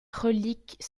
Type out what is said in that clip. reliques